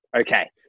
Okay